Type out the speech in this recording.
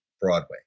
Broadway